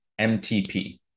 MTP